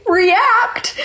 react